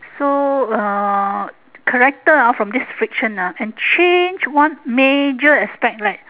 so uh character ah from this friction ah can change one major aspect leh